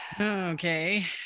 Okay